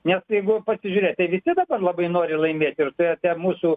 nes jeigu pasižiūrėt tai visi dabar labai nori laimėt ir bet ten mūsų